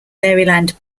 maryland